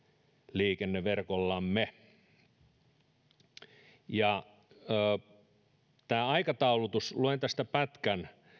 liikenneverkossamme tästä aikataulutuksesta luen pätkän